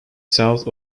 south